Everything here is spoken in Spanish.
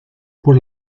por